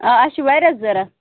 آ اَسہِ چھِ واریاہ ضروٗرت